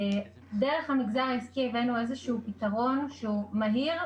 דרך המגזר העסקי הבאנו איזשהו פתרון שהוא מהיר,